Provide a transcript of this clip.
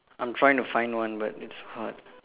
I'm trying to find one but it's hard